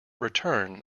return